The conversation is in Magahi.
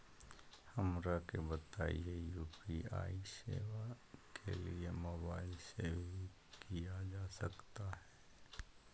हमरा के बताइए यू.पी.आई सेवा के लिए मोबाइल से भी किया जा सकता है?